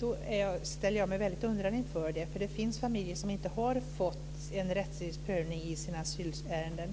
Det ställer jag mig väldigt undrande inför. Det finns familjer som inte har fått en rättvis prövning i sina asylärenden.